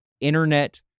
internet